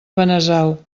benasau